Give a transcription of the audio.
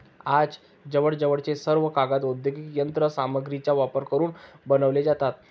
आज जवळजवळ सर्व कागद औद्योगिक यंत्र सामग्रीचा वापर करून बनवले जातात